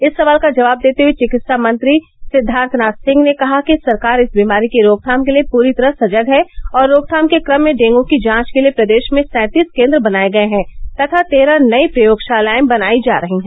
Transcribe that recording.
इस सवाल का जवाब देते हुए चिकित्सा मंत्री सिद्दार्थ नाथ सिंह ने कहा कि सरकार इस बीमारी की रोकथाम के लिए पूरी तरह सजग है और रोकथाम के क्रम में डेंगू की जांच के लिए प्रदेश में सैंतीस केन्द्र बनाये गये हैं तथा तेरह नई प्रयोगशालाएं बनाई जा रही है